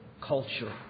culture